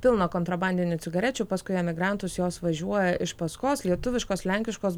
pilna kontrabandinių cigarečių paskui emigrantus jos važiuoja iš paskos lietuviškos lenkiškos